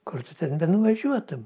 kur tu ten be nuvažiuotum